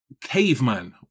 caveman